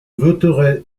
voterai